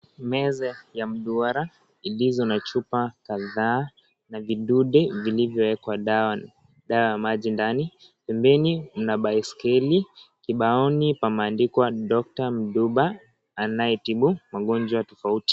Meza ya mduara ilizo na chupa kadhaa na vidude vilivyoekwa dawa dawa ya maji ndani, pembeni kuna baiskeli, kibaoni pameandikwa" Doctor"Mtuba anayetibu magonjwa tofauti